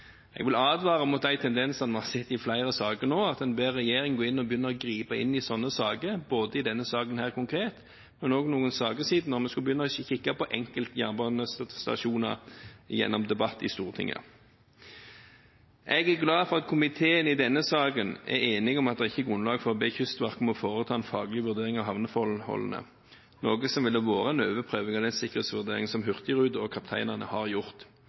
Jeg vil advare mot de tendensene vi har sett i flere sånne saker nå, at en ber regjeringen gripe inn – i denne saken helt konkret, men òg da vi for noen saker siden skulle begynne å kikke på enkeltjernbanestasjoner gjennom debatt i Stortinget. Jeg er glad for at komiteen i denne saken er enig i at det ikke er grunnlag for å be Kystverket om å foreta en faglig vurdering av havneforholdene, noe som ville være en overprøving av den sikkerhetsvurderingen som Hurtigruten og kapteinene har gjort.